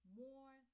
more